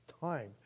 time